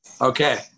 Okay